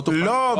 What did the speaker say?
לא,